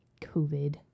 COVID